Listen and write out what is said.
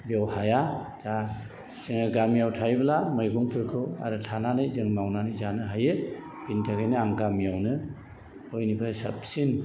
बेव हाया दा जोङो गामियाव थायोब्ला मैगंफोरखौ आरो थानानै जों मावनानै जानो हायो बिनि थाखायनो आं गामियावनो बयनिफ्राय साबसिन